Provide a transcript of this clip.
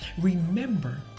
Remember